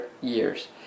years